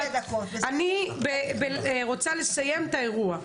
אני רוצה לסיים את האירוע.